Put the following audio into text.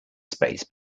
space